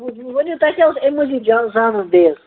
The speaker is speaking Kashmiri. ؤنِو تۄہہِ کیٛاہ اوس اَمہِ مٔزیٖد زانُن زانُن بیٚیہِ حظ